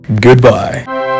Goodbye